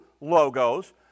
logos